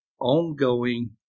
ongoing